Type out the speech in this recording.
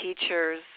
teachers